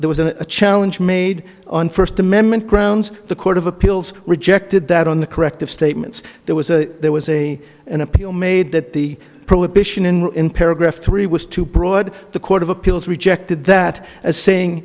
there was a challenge made on first amendment grounds the court of appeals rejected that on the corrective statements there was a there was a an appeal made that the prohibition in rule in paragraph three was too broad the court of appeals rejected that as saying